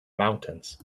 mountains